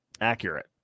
accurate